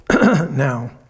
now